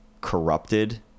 corrupted